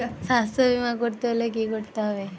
স্বাস্থ্যবীমা করতে হলে কি করতে হবে?